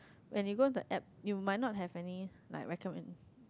when you go into app you might not have any like recommend